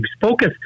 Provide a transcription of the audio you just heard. focus